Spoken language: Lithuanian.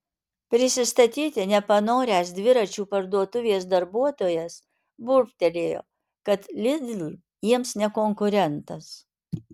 prisistatyti nepanoręs dviračių parduotuvės darbuotojas burbtelėjo kad lidl jiems ne konkurentas